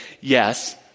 yes